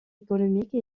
économique